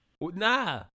nah